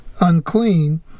unclean